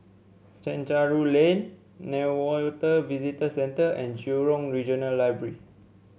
Chencharu Lane Newater Visitor Centre and Jurong Regional Library